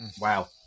wow